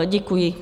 Děkuji.